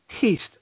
taste